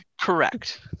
Correct